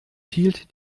hielt